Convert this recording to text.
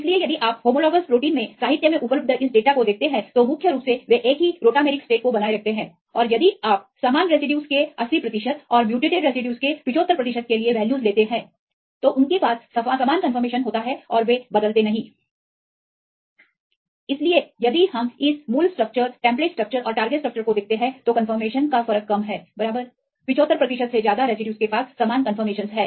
इसलिए यदि आप होमोलॉगस प्रोटीन में साहित्य में उपलब्ध इस डेटा को देखते हैं तो मुख्य रूप से वे एक ही रोटामेरीक स्टेट को बनाए रखते हैं और यदि आप समान रेसिड्यूज के 80 प्रतिशत और उत्परिवर्तित रेसिड्यूज के 75 प्रतिशत के लिए ची वैल्यूज लेते हैं तो उनके पास समान कंफर्मेशन होता है और वे बदलते नहीं इसलिए यदि हम इस मूल स्ट्रक्चर टेम्पलेट स्ट्रक्चर और टारगेट स्ट्रक्चर को देखते हैं तो कंफर्मेशनका अंतर कम है बराबर 75 प्रतिशत से ज्यादा रेसिड्यूज के पास समान कंफर्मेशनस हैं